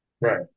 right